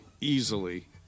easily